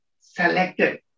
selected